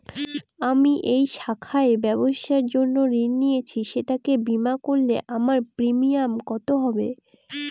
আমি এই শাখায় ব্যবসার জন্য ঋণ নিয়েছি সেটাকে বিমা করলে আমার প্রিমিয়াম কত হবে?